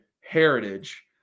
Heritage